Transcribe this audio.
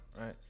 Right